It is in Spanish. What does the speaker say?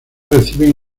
reciben